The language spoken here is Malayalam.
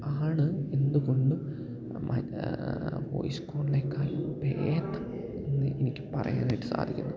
ആണ് എന്തുകൊണ്ടും വോയിസ് കോളിനെക്കാൾ ഭേദമെന്ന് എനിക്ക് പറയാനായിട്ട് സാധിക്കുന്നു